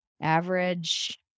average